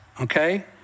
okay